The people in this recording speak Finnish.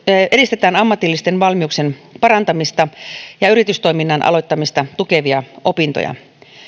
edistetään ammatillisten valmiuksien parantamista ja yritystoiminnan aloittamista tukevia opintoja